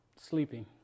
sleeping